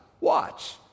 Watch